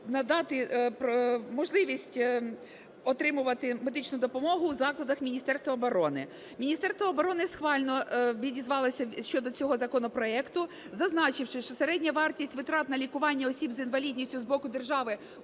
надати можливість отримувати медичну допомогу у закладах Міністерства оборони. Міністерство оборони схвально відізвалось щодо цього законопроекту, зазначивши, що середня вартість витрат на лікування осіб з інвалідністю з боку держави